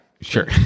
sure